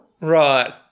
Right